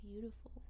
beautiful